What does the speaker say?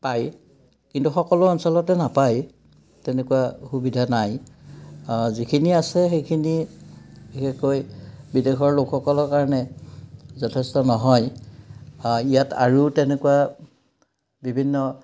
পায় কিন্তু সকলো অঞ্চলতে নাপায় তেনেকুৱা সুবিধা নাই যিখিনি আছে সেইখিনি বিশেষকৈ বিদেশৰ লোকসকলৰ কাৰণে যথেষ্ট নহয় ইয়াত আৰু তেনেকুৱা বিভিন্ন